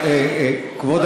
נשים את כל התמונה.